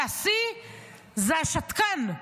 והשיא הוא השתקן.